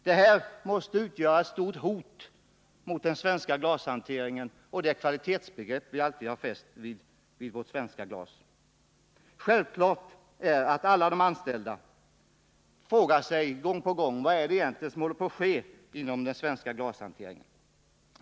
Detta måste 30 november 1979 utgöra ett hot mot den svenska glashanteringen och det kvalitetsbegrepp som vi alltid har förknippat med den. Naturligtvis frågar sig de anställda gång på gång: Vad håller på att ske inom svensk glashantering?